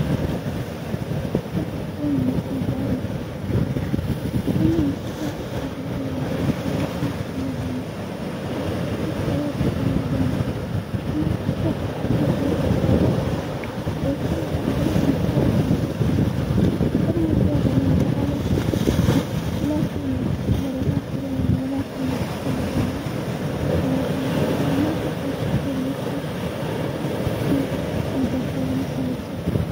احب اكون موسيقار مشهور لان الموسيقى تعبر عن المشاعر وتلمس قلوب الناس، يدخلوا بروابط قوية بينهم، كما استطيع التعبير عن افكاري، والهام الاخرين من خلال اعمالي، بينما ممتعة لكن لا تلمس شعور الاخرين ولا تلمس قلوب الناس كما في الموسيقى وما تأثر التأثير نفسه في البشر نفس الموسيقى.